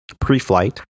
pre-flight